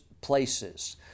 places